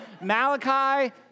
Malachi